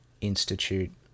institute